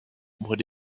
what